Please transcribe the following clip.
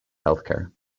healthcare